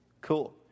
Cool